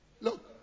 Look